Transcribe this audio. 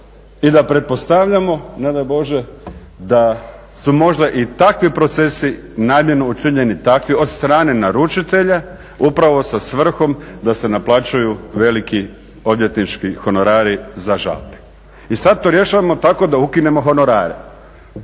i da pretpostavljamo ne daj Bože da su možda i takvi procesi namjerno učinjeni od strane naručitelja upravo sa svrhom da se naplaćuju veliki odvjetnički honorari za žalbe. I sad to rješavamo tako da ukinemo honorare.